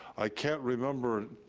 i can't remember,